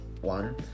one